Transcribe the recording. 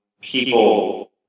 people